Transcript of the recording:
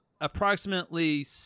approximately